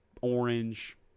orange